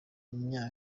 imyaka